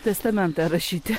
testamentą rašyti